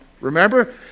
Remember